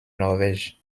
norvège